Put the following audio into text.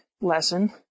lesson